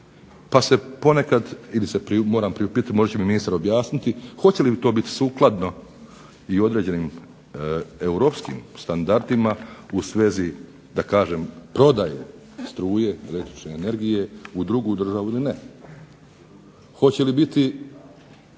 pa se ponekad, ili se moram priupitati, možda će mi ministar objasniti hoće li to biti sukladno i određenim europskim standardima u svezi da kažem prodaje struje, električne energije u drugu državu ili ne. Hoće li biti